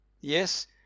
Yes